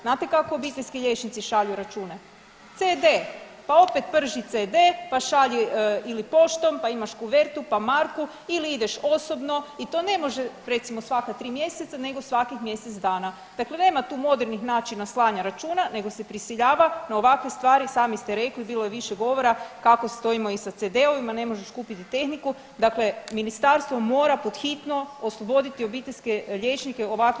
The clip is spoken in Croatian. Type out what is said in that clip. Znate kako obiteljski liječnici šalju račune, CD, pa opet prži CD, pa šalji ili poštom, pa imaš kuvertu, pa marku ili ideš osobno i to ne može recimo svaka 3 mjeseca nego svakih mjesec dana, dakle nema tu modernih načina slanja računa nego se prisiljava na ovakve stvari i sami ste rekli bilo je više govora kako stojimo i sa CD-ovima, ne možeš kupiti tehniku, dakle ministarstvo mora pod hitno osloboditi obiteljske liječnike ovakve nebuloze.